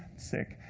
sic,